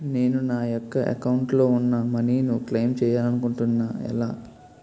నేను నా యెక్క అకౌంట్ లో ఉన్న మనీ ను క్లైమ్ చేయాలనుకుంటున్నా ఎలా?